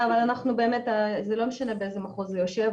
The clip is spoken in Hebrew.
כן אבל אנחנו, זה לא משנה באיזה מחוז זה יושב.